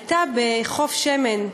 הייתה בחוף שמן,